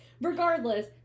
Regardless